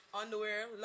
underwear